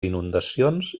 inundacions